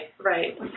right